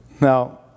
Now